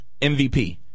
MVP